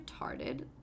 retarded